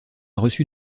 reçu